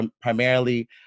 primarily